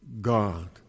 God